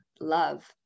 love